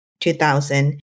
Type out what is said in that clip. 2000